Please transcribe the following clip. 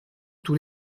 tous